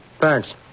Thanks